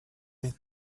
been